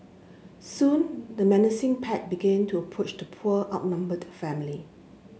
soon the menacing pack began to approach the poor outnumbered family